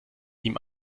ihm